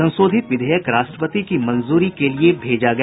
संशोधित विधेयक राष्ट्रपति की मंजूरी के लिए भेजा गया